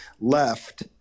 left